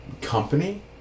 company